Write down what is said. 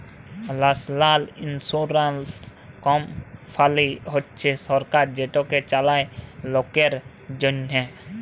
national ইলসুরেলস কমপালি হছে সরকার যেটকে চালায় লকের জ্যনহে